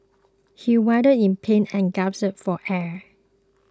he writhed in pain and gasped for air